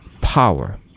power